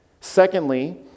Secondly